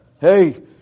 Hey